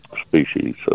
species